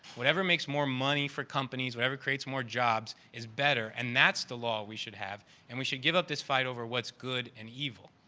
whatever makes more money for companies, whatever creates more jobs is better. and that's the law we should have and we should give up this fight over what's good and evil.